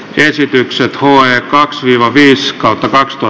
esitykset ohjeet viiva viis kautta vahvistua